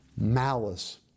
malice